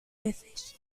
veces